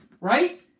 right